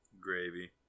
Gravy